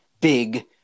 big